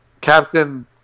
Captain